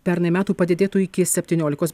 pernai metų padidėtų iki septyniolikos